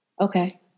Okay